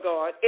God